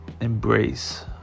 embrace